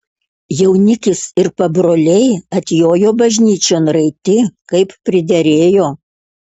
jaunikis ir pabroliai atjojo bažnyčion raiti kaip priderėjo